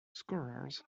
scholars